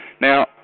Now